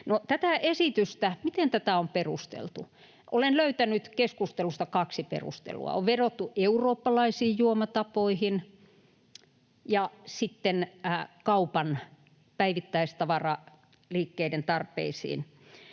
miten tätä esitystä on perusteltu? Olen löytänyt keskustelusta kaksi perustelua: on vedottu eurooppalaisiin juomatapoihin ja sitten kaupan, päivittäistavaraliikkeiden, tarpeisiin.